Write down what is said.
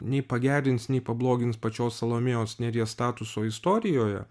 nei pagerins nei pablogins pačios salomėjos nėries statuso istorijoje